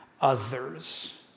others